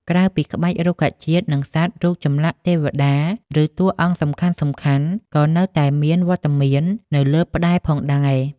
ក្រៅពីក្បាច់រុក្ខជាតិ និងសត្វ រូបចម្លាក់ ទេវតា ឬតួអង្គសំខាន់ៗ ក៏នៅតែមានវត្តមាននៅលើផ្តែរផងដែរ។